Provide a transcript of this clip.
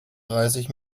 dreißig